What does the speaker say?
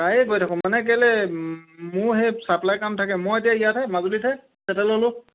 প্ৰায়ে গৈ থাকোঁ মানে কেলে মোৰ সেই চাপ্লাই কাম থাকে মই এতিয়া ইয়াত হে মাজুলীতে চেটেল হ'লোঁ